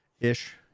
ish